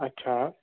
अच्छा